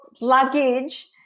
luggage